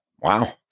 Wow